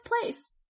place